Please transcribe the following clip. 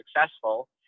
successful